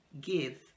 give